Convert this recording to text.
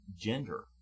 gender